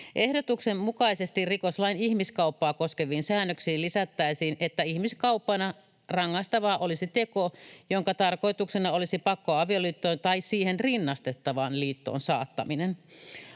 Ehdotuksen mukaisesti rikoslain ihmiskauppaa koskeviin säännöksiin lisättäisiin, että ihmiskauppana rangaistavaa olisi teko, jonka tarkoituksena olisi pakkoavioliittoon tai siihen rinnastettavaan liittoon saattaminen.